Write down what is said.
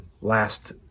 last